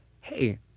hey